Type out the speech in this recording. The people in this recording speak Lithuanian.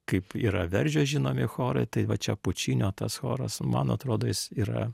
kaip yra verdžio žinomi chorai tai va čia pučinio tas choras man atrodo jis yra